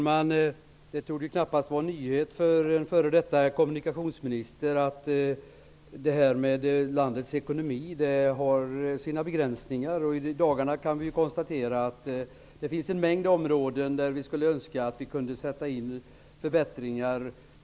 Herr talman! Det torde knappast vara en nyhet för en f.d. kommunikationsminister att landets ekonomi har sina begränsningar. I dagarna kan vi konstatera att det finns en mängd områden där vi skulle önska att vi kunde sätta in förbättringar.